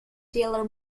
dealer